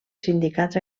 sindicats